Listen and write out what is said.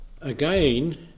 again